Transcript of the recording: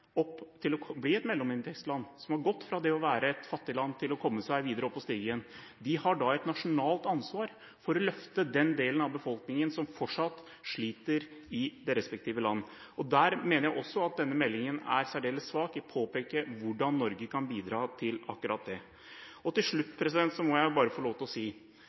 opp til å bli et mellominntektsland, som har gått fra det å være et fattig land til å komme seg videre opp i stigen, har et nasjonalt ansvar for å løfte den delen av befolkningen som fortsatt sliter i det respektive landet. Der mener jeg også at denne meldingen er særdeles svak i å påpeke hvordan Norge kan bidra til akkurat det. Til slutt må jeg bare få lov til å si